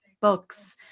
books